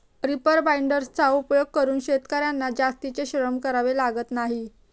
reaper बाइंडर्सचा उपयोग करून शेतकर्यांना जास्तीचे श्रम करावे लागत नाही